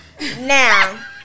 Now